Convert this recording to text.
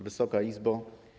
Wysoka Izbo!